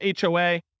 HOA